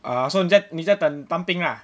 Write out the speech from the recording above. ah so 你在你在等当兵 ah